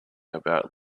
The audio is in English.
about